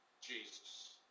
Jesus